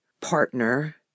partner